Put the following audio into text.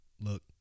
look